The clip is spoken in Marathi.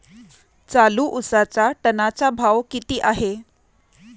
चालू उसाचा टनाचा भाव किती आहे?